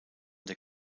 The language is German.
der